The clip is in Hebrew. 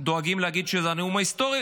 דואגים להגיד שזה נאום היסטורי.